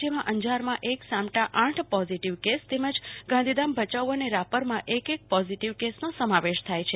જેમાં અંજારમાં એક સામટા આઠ પોઝિટીવ કેસ તેમજ ગાંધીધામ ભયાઉ અને રાપરમાં એક એક પોઝીટીવ કેસનો સમાવેશ થાય છે